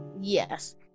Yes